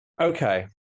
Okay